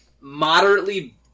moderately